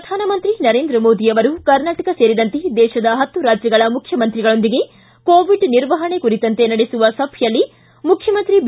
ಪ್ರಧಾನಮಂತ್ರಿ ನರೇಂದ್ರ ಮೋದಿ ಅವರು ಕರ್ನಾಟಕ ಸೇರಿದಂತೆ ದೇಶದ ಹತ್ತು ರಾಜ್ಯಗಳ ಮುಖ್ಯಮಂತ್ರಿಗಳೊಂದಿಗೆ ಕೋವಿಡ್ ನಿರ್ವಹಣೆ ಕುರಿತಂತೆ ನಡೆಸುವ ಸಭೆಯಲ್ಲಿ ಮುಖ್ಯಮಂತ್ರಿ ಬಿ